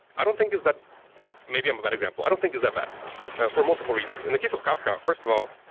i don't think it's that maybe i'm a bad example. i don't think it's that bad for multiple reasons. in the case of kafka, first of all,